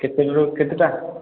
କେତେଟାରୁ କେତେଟା